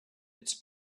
its